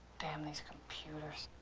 damn those computers.